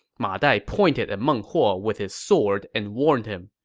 ma dai pointed at meng huo with his sword and warned him,